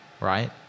right